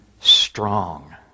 strong